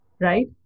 right